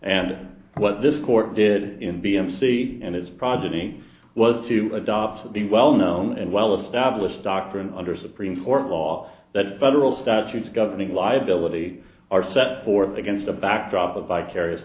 and what this court did in v m c and its progeny was to adopt the well known and well established doctrine under supreme court law that federal statutes governing liability are set forth against the backdrop of vicarious